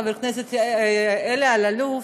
חבר הכנסת אלי אלאלוף,